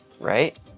Right